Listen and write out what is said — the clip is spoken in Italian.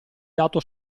dato